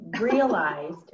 realized